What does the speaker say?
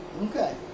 Okay